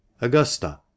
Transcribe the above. Augusta